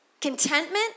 Contentment